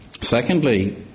Secondly